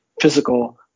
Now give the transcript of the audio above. physical